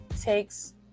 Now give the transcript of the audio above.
Takes